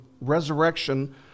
resurrection